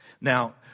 Now